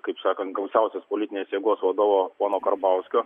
kaip sakant gausiausios politinės jėgos vadovo pono karbauskio